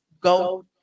go